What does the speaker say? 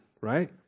right